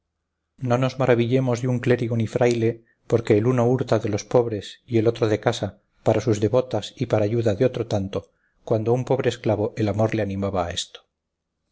no nos maravillemos de un clérigo ni fraile porque el uno hurta de los pobres y el otro de casa para sus devotas y para ayuda de otro tanto cuando a un pobre esclavo el amor le animaba a esto